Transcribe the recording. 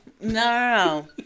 No